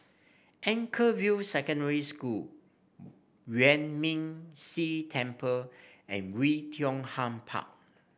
Anchorvale Secondary School Yuan Ming Si Temple and Oei Tiong Ham Park